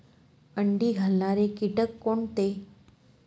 अंडी घालणारे किटक कोणते?